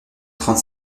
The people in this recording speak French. trente